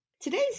Today's